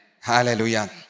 Hallelujah